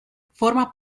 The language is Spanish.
forma